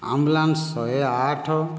ambulance ଶହେ ଆଠ